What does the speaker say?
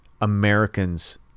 Americans